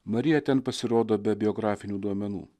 marija ten pasirodo be biografinių duomenų